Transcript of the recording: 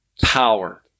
power